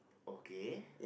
okay